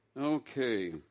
okay